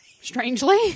Strangely